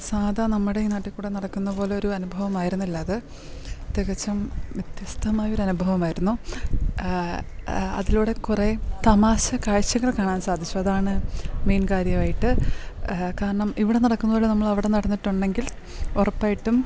സാധാ നമ്മുടെ ഈ നാട്ടിൽക്കൂടെ നടക്കുന്ന പോലൊരു അനുഭവമായിരുന്നില്ല അത് തികച്ചും വ്യത്യസ്തമായ ഒരനുഭവമായിരുന്നു അതിലൂടെ കുറെ തമാശകാഴ്ചകൾ കാണാൻ സാധിച്ചു അതാണ് മെയിൻ കാര്യമായിട്ട് കാരണം ഇവിടെ നടക്കുന്ന പോലെ നമ്മൾ അവിടെ നടന്നിട്ട് ഉണ്ടെങ്കിൽ ഉറപ്പായിട്ടും